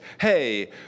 hey